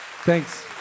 thanks